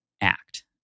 act